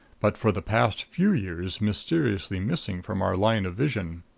but for the past few years mysteriously missing from our line of vision.